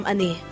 Ani